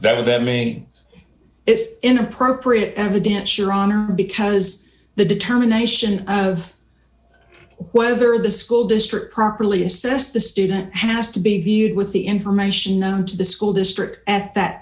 though that may is inappropriate evidence your honor because the determination of whether the school district properly assessed the student has to be viewed with the information known to the school district at that